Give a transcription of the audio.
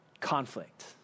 Conflict